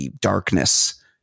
darkness